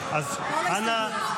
אנא,